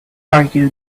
argue